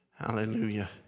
Hallelujah